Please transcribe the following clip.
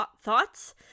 thoughts